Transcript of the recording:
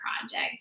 project